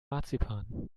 marzipan